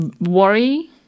worry